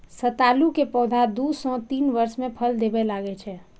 सतालू के पौधा दू सं तीन वर्ष मे फल देबय लागै छै